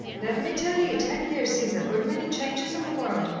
let me tell ye, ten years sees a good many changes in the world,